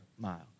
mile